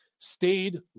stayed